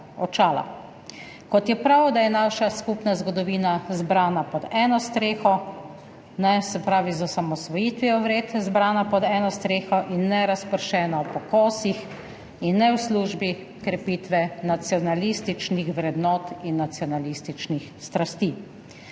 Kot je prav, da je naša skupna zgodovina zbrana pod eno streho. Se pravi z osamosvojitvijo vred zbrana pod eno streho in ne razpršena po kosih in ne v službi krepitve nacionalističnih vrednot in nacionalističnih strasti.